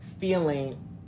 feeling